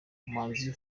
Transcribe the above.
manzi